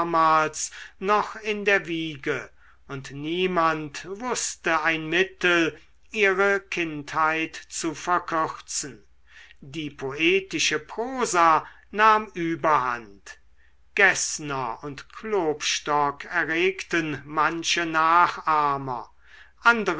noch in der wiege und niemand wußte ein mittel ihre kindheit zu verkürzen die poetische prosa nahm überhand geßner und klopstock erregten manche nachahmer